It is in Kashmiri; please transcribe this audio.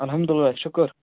الحمداللہ شُکُر